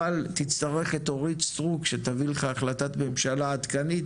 אבל תצטרך את אורית סטרוק שתביא לך החלטת ממשלה עדכנית,